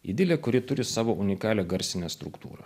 idilė kuri turi savo unikalią garsinę struktūrą